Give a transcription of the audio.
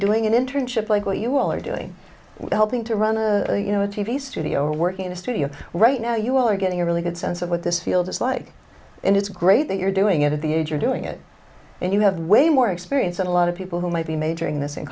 doing an internship like what you all are doing and helping to run a you know a t v studio working in a studio right now you are getting a really good sense of what this field is like and it's great that you're doing it at the age you're doing it and you have way more experience than a lot of people who might be majoring in this in